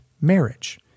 marriage